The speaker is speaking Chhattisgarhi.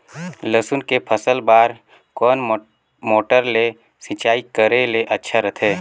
लसुन के फसल बार कोन मोटर ले सिंचाई करे ले अच्छा रथे?